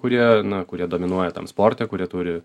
kurie na kurie dominuoja tam sporte kurie turi